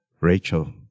Rachel